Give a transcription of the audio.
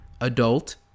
adult